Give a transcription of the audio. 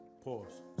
pause